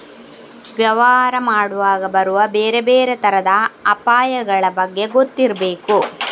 ವ್ಯವಹಾರ ಮಾಡುವಾಗ ಬರುವ ಬೇರೆ ಬೇರೆ ತರದ ಅಪಾಯಗಳ ಬಗ್ಗೆ ಗೊತ್ತಿರ್ಬೇಕು